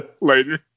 Later